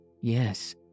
yes